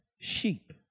sheep